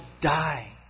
die